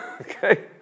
Okay